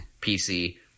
PC